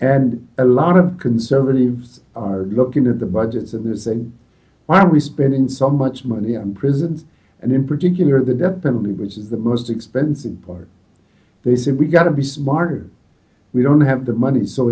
and a lot of conservatives are looking at the budgets of this and why are we spending so much money on prisons and in particular the death penalty which is the most expensive part they said we've got to be smarter we don't have the money so